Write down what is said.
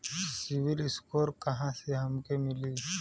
CIBIL score कहाँसे हमके मिली?